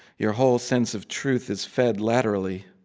your whole sense of truth is fed laterally.